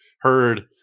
heard